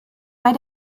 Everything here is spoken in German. bei